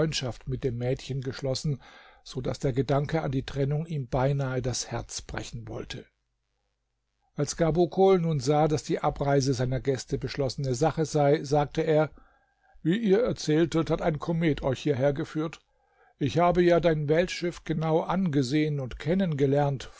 mit dem mädchen geschlossen so daß der gedanke an die trennung ihm beinahe das herz brechen wollte als gabokol nun sah daß die abreise seiner gäste beschlossene sache sei sagte er wie ihr erzähltet hat ein komet euch hierher geführt ich habe ja dein weltschiff genau angesehen und